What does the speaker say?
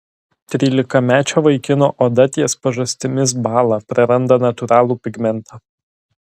trylikamečio vaikino oda ties pažastimis bąla praranda natūralų pigmentą